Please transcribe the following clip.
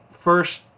first